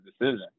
decision